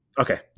Okay